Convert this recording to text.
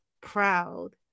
proud